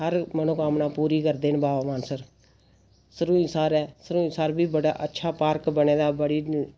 हर मनोकामना पूरी करदे न बाबा मानसर सरूईंसर ऐ सरूईंसर ऐ बड़ा अच्छा पार्क बने दा बड़ी